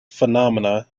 phenomena